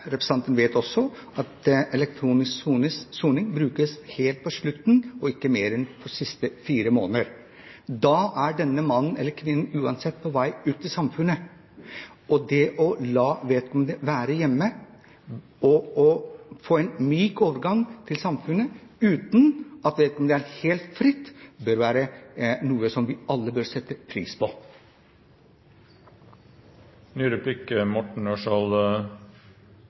representanten vet også at elektronisk soning brukes helt på slutten og ikke lenger enn de siste fire månedene, for da er denne mannen eller kvinnen uansett på vei ut i samfunnet. Og det å la vedkommende være hjemme og få en myk overgang til samfunnet uten at vedkommende er helt fri, bør være noe som vi alle bør sette pris på.